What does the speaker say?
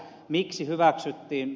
miksi hyväksyttiin